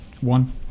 one